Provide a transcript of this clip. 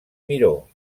miró